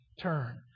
turn